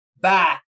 Bye